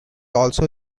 also